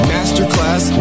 Masterclass